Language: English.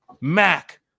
Mac